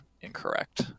incorrect